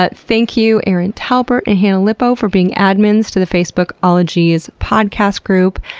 but thank you erin talbert and hannah lipow for being admins to the facebook ologies podcast group,